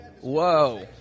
Whoa